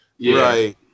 Right